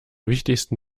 wichtigsten